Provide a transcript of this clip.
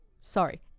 sorry